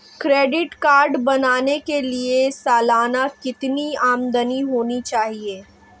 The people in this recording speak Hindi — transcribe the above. क्रेडिट कार्ड बनाने के लिए सालाना कितनी आमदनी होनी चाहिए?